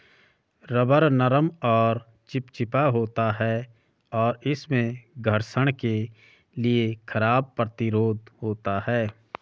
rubber नरम और चिपचिपा होता है, और इसमें घर्षण के लिए खराब प्रतिरोध होता है